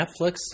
Netflix